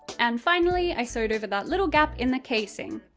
and finally, i sewed over that little gap in the casing.